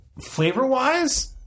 flavor-wise